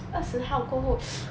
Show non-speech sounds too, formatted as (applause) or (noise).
二十号过后 (noise)